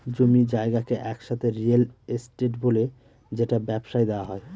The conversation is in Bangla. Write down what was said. জমি জায়গাকে একসাথে রিয়েল এস্টেট বলে যেটা ব্যবসায় দেওয়া হয়